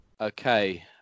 Okay